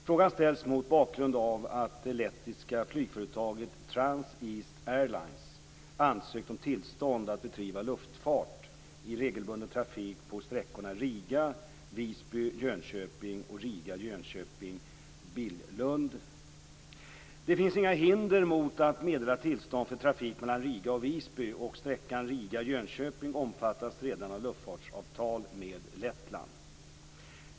Frågan ställs mot bakgrund av att det lettiska flygföretaget Transeast Det finns inga hinder mot att meddela tillstånd för trafik mellan Riga och Visby, och sträckan Riga-Jönköping omfattas redan av luftfartsavtal med Lettland.